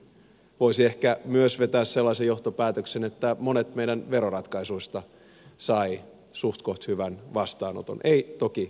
voisi ehkä myös vetää sellaisen johtopäätöksen että monet meidän veroratkaisuistamme saivat suhtkoht hyvän vastaanoton eivät toki kaikki